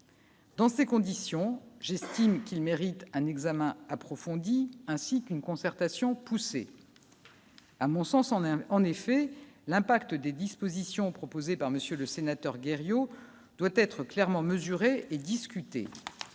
Dans ces conditions, j'estime qu'il mérite un examen approfondi, ainsi qu'une concertation poussée, à mon sens, on aime en effet l'impact des dispositions proposées par monsieur le sénateur guerre Yo doit être clairement mesurées et discuter,